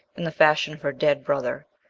in the fashion of her dead brother.